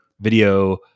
video